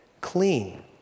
Clean